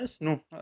no